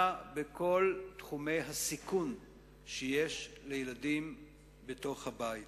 בכל תחומי הסיכון שיש לילדים בתוך הבית.